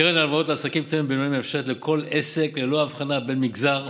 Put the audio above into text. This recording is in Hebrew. קרן ההלוואות לעסקים קטנים ובינוניים מאפשרת לכל עסק ללא הבחנה של מגזר,